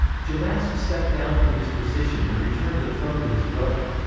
djamasp stepped down from his position and returned the throne to his brother.